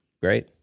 Great